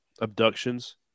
abductions